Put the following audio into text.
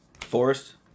Forest